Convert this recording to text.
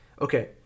Okay